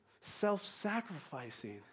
self-sacrificing